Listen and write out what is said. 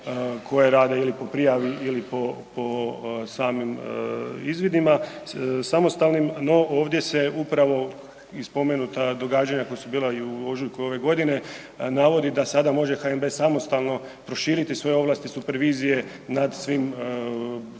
koje rade ili po prijavi ili po, po samim izvidima samostalnim. No ovdje se upravo i spomenuta događanja koja su bila i u ožujku ove godine navodi da sada može HNB samostalno proširiti svoje ovlasti supervizije nad svim kreditnim